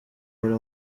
buri